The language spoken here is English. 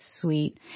sweet